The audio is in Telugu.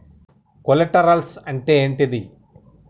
కొలేటరల్స్ అంటే ఏంటిది?